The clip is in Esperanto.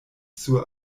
sur